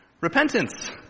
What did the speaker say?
Repentance